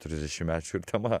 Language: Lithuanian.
trisdešimtmečių ir tema